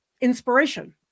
inspiration